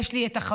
יש לי חבר,